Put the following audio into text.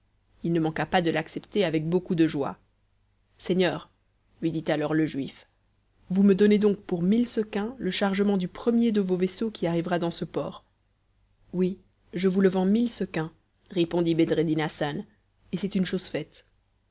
il ne manqua pas de l'accepter avec beaucoup de joie seigneur lui dit alors le juif vous me donnez donc pour mille sequin le chargement du premier de vos vaisseaux qui arrivera dans ce port oui je vous le vends mille sequins répondit bedreddin hassan et c'est une chose faite